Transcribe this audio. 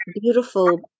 beautiful